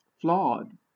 flawed